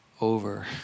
over